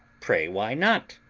pray why not?